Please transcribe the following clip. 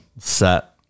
set